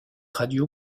radio